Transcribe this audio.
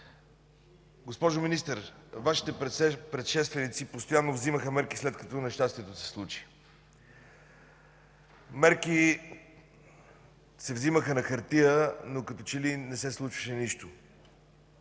Госпожо Министър, Вашите предшественици постоянно вземаха мерки, след като нещастието се случи. Мерки се вземаха на хартия, но като че ли не се случваше нищо.